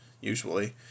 usually